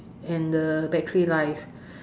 and the battery life